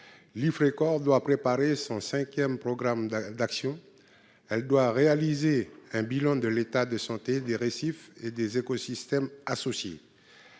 l'Ifrécor doit préparer son cinquième programme d'action. Elle doit réaliser un bilan de l'état de santé des récifs et des écosystèmes associés.